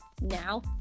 now